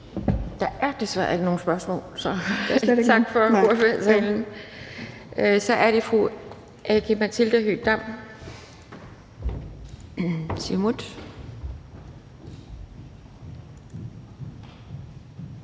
Der er desværre ikke nogen spørgsmål, så tak for ordførertalen. Så er det fru Aki-Matilda Høegh-Dam,